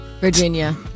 Virginia